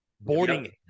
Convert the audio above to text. Boarding